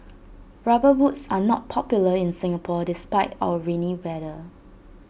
rubber boots are not popular in Singapore despite our rainy weather